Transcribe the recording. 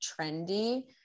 trendy